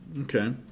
Okay